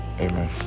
Amen